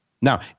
Now